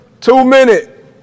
two-minute